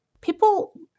people